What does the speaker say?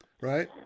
right